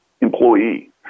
employee